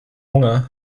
hunger